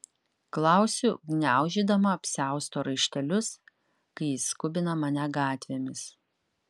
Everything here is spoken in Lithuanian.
klausiu gniaužydama apsiausto raištelius kai jis skubina mane gatvėmis